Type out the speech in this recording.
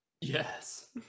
Yes